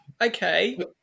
Okay